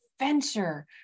adventure